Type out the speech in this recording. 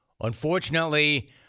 Unfortunately